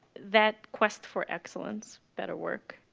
that quest for excellence, better work,